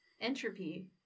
entropy